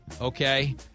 Okay